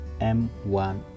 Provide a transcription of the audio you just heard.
m1